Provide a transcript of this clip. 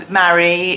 marry